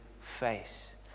face